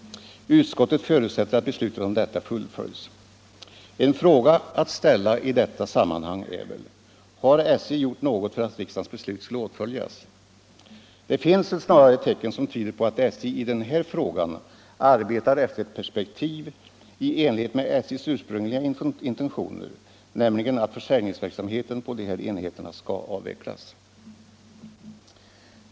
Utskottet förutsätter att beslutet om detta fullföljs. En fråga att ställa i detta sammanhang är väl: Har SJ gjort något för att riksdagens beslut skulle följas? Det finns snarare tecken som tyder på att SJ i den här frågan arbetar efter ett perspektiv i enlighet med SJ:s ursprungliga intentioner — nämligen att försäljningsverksamheten på dessa enheter skall avvecklas.